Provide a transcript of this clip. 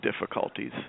difficulties